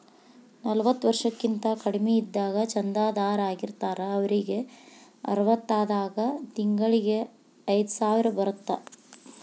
ನಲವತ್ತ ವರ್ಷಕ್ಕಿಂತ ಕಡಿಮಿ ಇದ್ದಾಗ ಚಂದಾದಾರ್ ಆಗಿರ್ತಾರ ಅವರಿಗ್ ಅರವತ್ತಾದಾಗ ತಿಂಗಳಿಗಿ ಐದ್ಸಾವಿರ ಬರತ್ತಾ